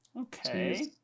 Okay